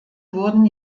wurden